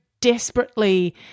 desperately